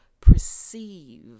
perceive